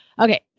okay